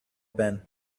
ben